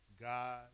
God